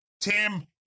Tim